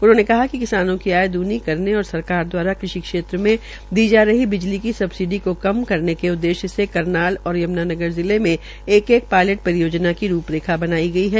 उन्होंने बताया कि किसानों की आय दोग्नी करने और सरकार दवारा कृषि क्षेत्र में प्रदान की जा रही बिजली की सब्सिडी को कम करने के उद्देश्य से करनाल व यमुनानगर जिले में एक एक पायलट परियोजना की रूपरेखा तैयार की गई है